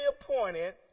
appointed